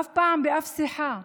אף פעם באף שיחה,